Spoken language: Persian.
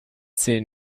سیر